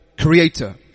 creator